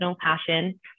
passion